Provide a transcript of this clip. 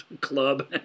club